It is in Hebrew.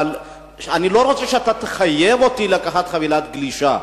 אבל אני לא רוצה שאתה תחייב אותי לקחת חבילת גלישה.